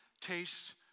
tastes